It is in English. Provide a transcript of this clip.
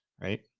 right